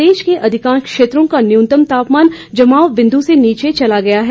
प्रदेश को अधिकांश क्षेत्रों का न्यूनतम तापमान जमाव बिंदु स्के पास पहुंच गया है